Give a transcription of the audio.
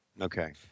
Okay